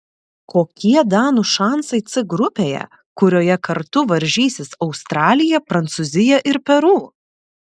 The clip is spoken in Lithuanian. kokie danų šansai c grupėje kurioje kartu varžysis australija prancūzija ir peru